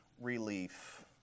relief